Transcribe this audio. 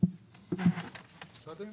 התקציב עצמו.